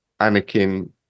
Anakin